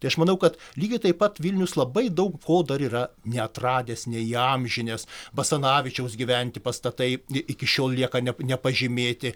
tai aš manau kad lygiai taip pat vilnius labai daug ko dar yra neatradęs neįamžinęs basanavičiaus gyventi pastatai iki šiol lieka ne nepažymėti